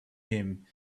him